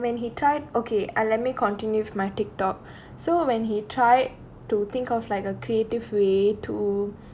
so um when he tried okay ah let me continue my TikTok so when he tried to think of like a creative way to